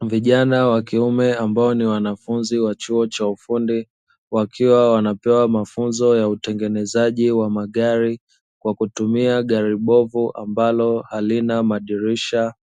Vijana wa kiume ambao ni wanafunzi wa chuo cha ufundi, wakiwa wanapewa mafunzo ya utengenezaji wa magari. Kwa kutumia gari bovu ambalo halina madirisha,